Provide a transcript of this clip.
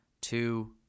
two